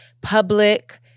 public